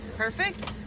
perfect.